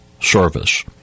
Service